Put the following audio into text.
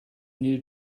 new